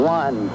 one